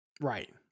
Right